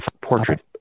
portrait